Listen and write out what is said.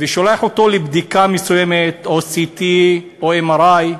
ושולח אותו לבדיקה מסוימת, או CT או MRI,